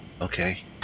Okay